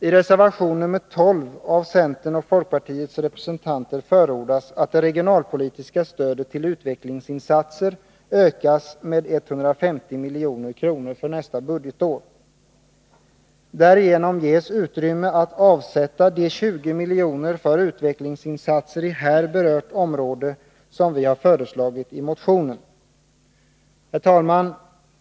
I reservation nr 12 har centerns och folkpartiets representanter förordat att det regionalpolitiska stödet till utvecklingsinsatser ökas med 150 milj.kr. för nästa budgetår. Därigenom ges utrymme att avsätta de 20 miljoner för utvecklingsinsatser i här berört område som vi har föreslagit i motionen. Herr talman!